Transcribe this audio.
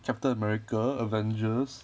captain america avengers